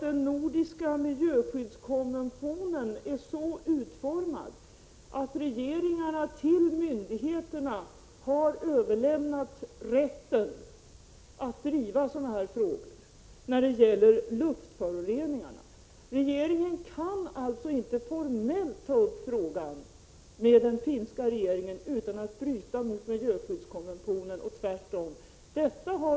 Den nordiska miljöskyddskonventionen är så utformad att regeringarna till myndigheterna har överlämnat rätten att driva sådana här frågor när det gäller luftföroreningar. Regeringen kan alltså inte formellt ta upp frågan med den finska regeringen utan att bryta mot miljöskyddskonventionen.